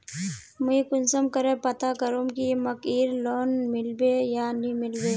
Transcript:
मुई कुंसम करे पता करूम की मकईर लोन मिलबे या नी मिलबे?